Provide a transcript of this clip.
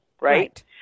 Right